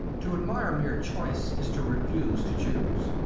to admire mere choice is to refuse to choose.